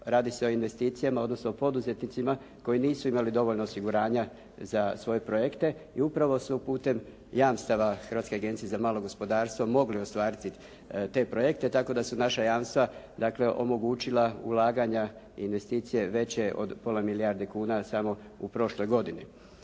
radi se o investicijama, odnosno poduzetnicima koji nisu imali dovoljno osiguranja za svoje projekte i upravo su putem jamstava Hrvatske agencije za malo gospodarstvo mogli ostvariti te projekte tako da su naša jamstva dakle omogućila ulaganja investicije veće od pola milijarde kuna samo u prošloj godini.